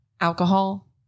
alcohol